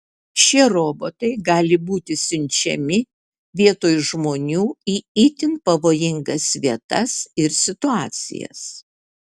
šie robotai gali būti siunčiami vietoj žmonių į itin pavojingas vietas ir situacijas